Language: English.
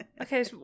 Okay